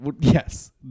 Yes